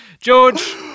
George